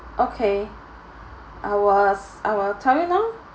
okay I was I will tell you now